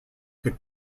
could